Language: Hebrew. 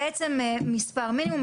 מספר מינימום,